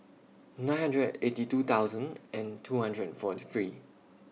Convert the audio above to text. nine hundred eighty two thousand and two hundred and forty three